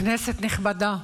כנסת נכבדה,